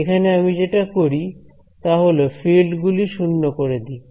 এখানে আমি যেটা করি তাহল ফিল্ড গুলি শূন্য করে দিই